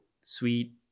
sweet